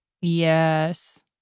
Yes